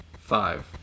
Five